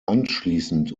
anschließend